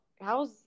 how's